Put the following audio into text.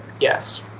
yes